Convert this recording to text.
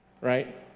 right